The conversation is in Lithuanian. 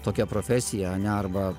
tokia profesija ane arba